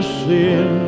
sin